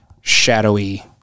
shadowy